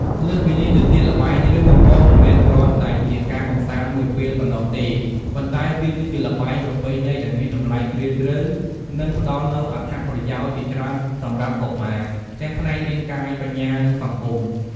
លើសពីនេះទៅទៀតល្បែងរាវបង្កង មិនមែនគ្រាន់តែជាការកម្សាន្តមួយពេលប៉ុណ្ណោះទេ ប៉ុន្តែវាគឺជាល្បែងប្រពៃណីដែលមានតម្លៃជ្រាលជ្រៅ និងផ្តល់នូវអត្ថប្រយោជន៍ជាច្រើនសម្រាប់កុមារ ទាំងផ្នែករាងកាយ បញ្ញា និងសង្គម។